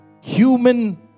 human